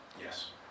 Yes